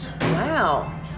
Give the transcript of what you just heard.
Wow